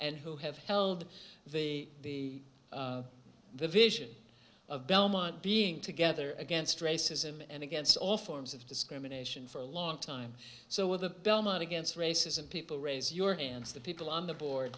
and who have held the the vision of belmont being together against racism and against all forms of discrimination for a long time so with the belmont against racism people raise your hands the people on the board